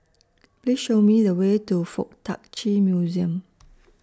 Please Show Me The Way to Fuk Tak Chi Museum